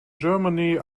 germany